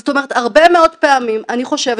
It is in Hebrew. זאת אומרת הרבה מאוד פעמים אני חושבת